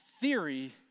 theory